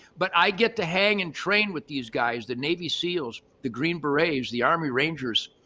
but i get to hang and train with these guys. the navy seals, the green berets, the army rangers,